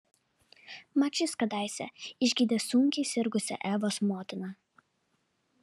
mat šis kadaise išgydė sunkiai sirgusią evos motiną